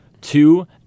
two